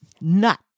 nut